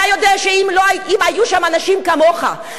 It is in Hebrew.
אתה יודע שאם היו שם אנשים כמוך,